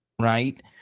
Right